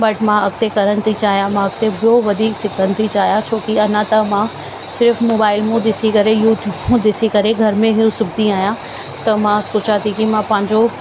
बटु मां अॻिते करणु थी चाहियां मां अॻिते ॿियो वधीक सिखणु थी चाहियां छो की अञा त मां सिर्फ़ु मुबाईल मों ॾिसी करे यूटूब मूं ॾिसी करे घर में हू सुबंदी आहियां त मां सोचां थी की मां पंहिंजो